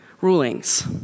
rulings